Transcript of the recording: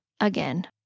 again